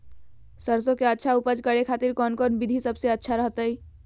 सरसों के अच्छा उपज करे खातिर कौन कौन विधि सबसे अच्छा रहतय?